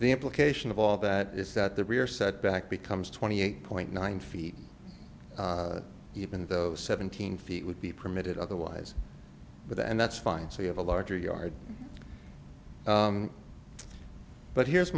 the implication of all that is that the rear set back becomes twenty eight point nine feet even though seventeen feet would be permitted otherwise but and that's fine so you have a larger yard but here's